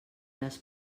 les